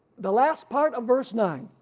the last part of verse nine.